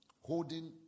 holding